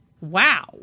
wow